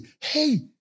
hey